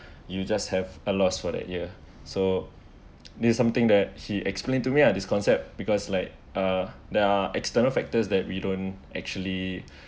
you just have a loss for that year so this something that he explain to me lah this concept because like uh there are external factors that we don't actually